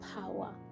power